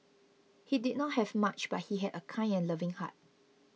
he did not have much but he had a kind and loving heart